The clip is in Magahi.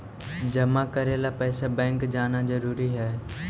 जमा करे ला पैसा बैंक जाना जरूरी है?